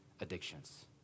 addictions